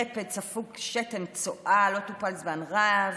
רפד ספוג שתן וצואה שלא טופל זמן רב.